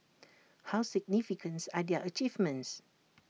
how significant are their achievements